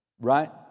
Right